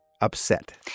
upset